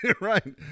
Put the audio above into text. right